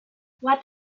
what